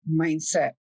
mindset